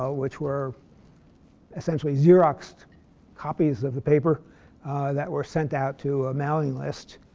ah which were essentially xeroxed copies of the paper that were sent out to a mailing list.